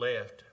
left